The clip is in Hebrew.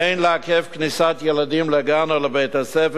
אין לעכב כניסת ילדים לגן או לבית-הספר